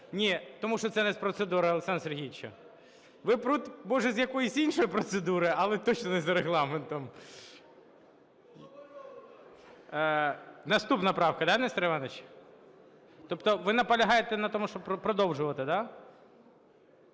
Ні! Тому що це не з процедури, Олександр Сергійович. Ви може з якоїсь іншої процедури, але точно не за Регламентом. Наступна правка, да, Нестор Іванович. Тобто ви наполягаєте на тому, щоби продовжувати. Да?